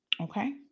okay